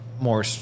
more